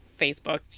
Facebook